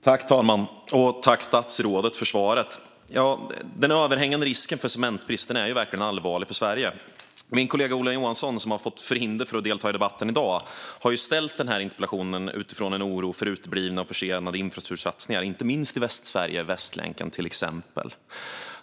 Fru talman! Tack, statsrådet, för svaret! Den överhängande risken för cementbrist är verkligen allvarlig för Sverige. Min kollega Ola Johansson, som är förhindrad att delta i dagens debatt, har ställt den här interpellationen utifrån en oro för uteblivna och försenade infrastruktursatsningar inte minst i Västsverige, till exempel Västlänken.